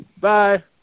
Bye